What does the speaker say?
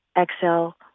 Exhale